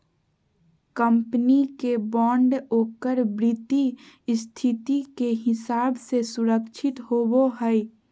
company के bond ओकर वित्तीय स्थिति के हिसाब से सुरक्षित होवो हइ